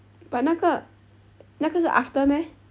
but 那个那个是 after meh